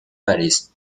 parís